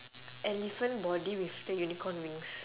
elephant body with the unicorn wings